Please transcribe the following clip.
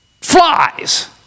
flies